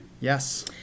yes